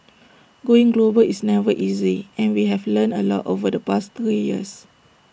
going global is never easy and we have learned A lot over the past three years